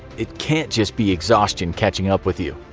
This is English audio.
it can't just be exhaustion catching up with you.